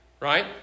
right